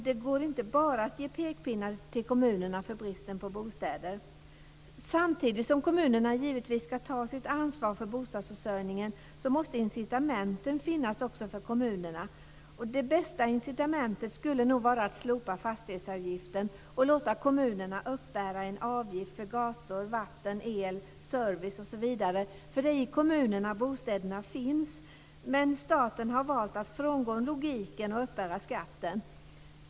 Det går inte att bara ge pekpinnar till kommunerna för bristen på bostäder. Samtidigt som kommunerna givetvis ska ta sitt ansvar för bostadsförsörjningen måste incitamenten finnas för kommunerna. Det bästa incitamentet skulle nog vara att slopa fastighetsavgiften och låta kommunerna uppbära en avgift för gator, vatten, el, service osv., för det är i kommunerna som bostäderna finns. Men staten har valt att frångå logiken och uppbära skatten.